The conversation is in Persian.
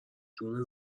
جون